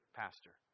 pastor